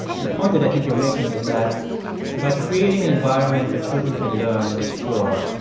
the point that i think you're making is that by creating an environment where children can learn and explore,